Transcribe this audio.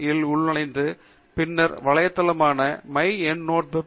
com இல் உள்நுழைந்து பின்னர் வலைத்தளமானது மைஎண்டுநோட்வெப்